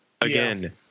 Again